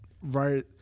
right